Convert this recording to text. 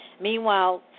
Meanwhile